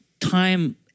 time